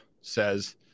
says